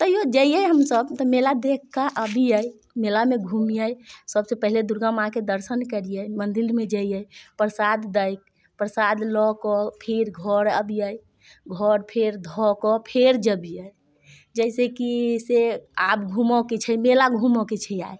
तैयो जइए हमसब तऽ मेला देखके अबियै मेलामे घूमिये सबसँ पहिले दुर्गा माँके दर्शन करियै मन्दिरमे जइए प्रसाद दैत प्रसाद लऽ कऽ फिर घर अबिये घर फेर धऽके फेर जबिये जैसेकि से आब घूमऽके छै मेला घूमऽके छै आइ